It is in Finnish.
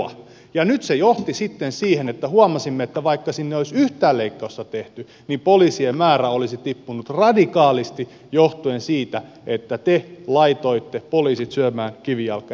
ja nyt se johti sitten siihen että huomasimme että vaikka sinne ei olisi yhtään leikkausta tehty niin poliisien määrä olisi tippunut radikaalisti johtuen siitä että te laitoitte poliisit syömään kivijalkaa